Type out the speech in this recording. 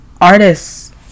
artists